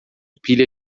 pilha